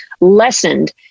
lessened